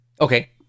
Okay